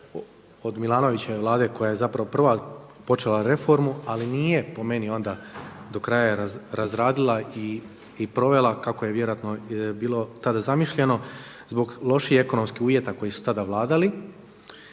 od Milanovićeve vlade koja je zapravo prva počela reformu ali nije po meni onda do kraja razradila i provela kako je vjerojatno bilo tada zamišljeno zbog loših ekonomskih uvjeta koji su tada vladali